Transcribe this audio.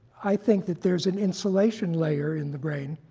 i think that there's an insulation layer in the brain,